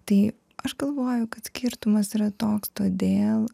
tai aš galvoju kad skirtumas yra toks todėl